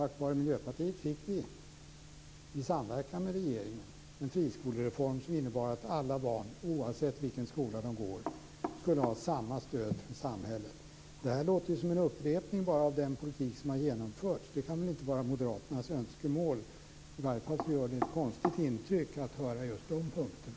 Tack vare Miljöpartiet fick vi, i samverkan med regeringen, en friskolereform innebärande att alla barn, oavsett i vilken skola de går, skulle ha samma stöd från samhället. Vad som här sägs låter alltså bara som en upprepning av den politik som har genomförts, men det kan väl inte vara moderaternas önskemål. I varje fall ger det ett konstigt intryck att höra om just de här punkterna.